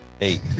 Eight